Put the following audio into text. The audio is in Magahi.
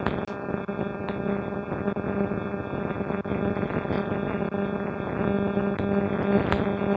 यस बैंक के बचावे ला अन्य बाँकों से मदद मांगल गईल हल